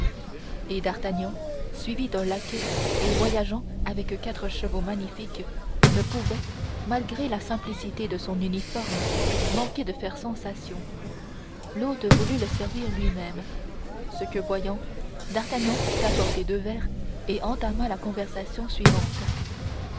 et d'artagnan suivi d'un laquais et voyageant avec quatre chevaux magnifiques ne pouvait malgré la simplicité de son uniforme manquer de faire sensation l'hôte voulut le servir lui-même ce que voyant d'artagnan fit apporter deux verres et entama la conversation suivante